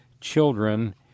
children